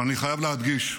אבל אני חייב להדגיש: